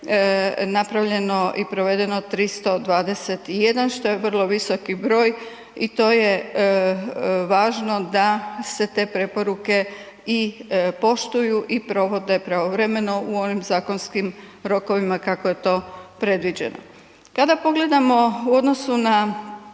napravljeno i provedeno 321 što je vrlo visoki broj i to je važno da se te preporuke i poštuju i provode pravovremeno u onim zakonskim rokovima kako je to predviđeno. Kada pogledamo u odnosu na